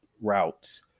routes